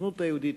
לסוכנות היהודית,